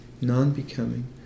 non-becoming